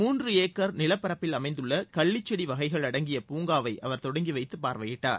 மூன்று ஏக்கர் நிலப்பரப்பில் அமைந்துள்ள கள்ளிச் செடி வகைகள் அடங்கிய பூங்காவை அவர் தொடங்கி வைத்துப் பார்வையிட்டார்